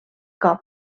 cop